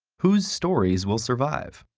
whose stories will survive?